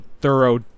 thorough